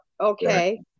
okay